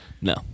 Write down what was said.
No